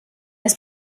ist